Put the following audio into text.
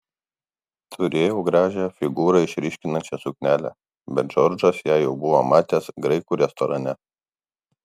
turėjau gražią figūrą išryškinančią suknelę bet džordžas ją jau buvo matęs graikų restorane